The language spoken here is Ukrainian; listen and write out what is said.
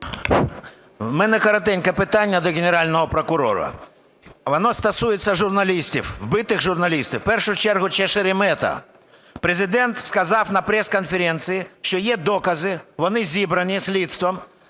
В мене коротеньке питання до Генерального прокурора, воно стосується журналістів, вбитих журналістів, в першу чергу це Шеремета. Президент сказав на прес-конференції, що є докази, вони зібрані слідством.